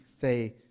say